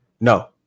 No